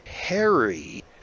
Harry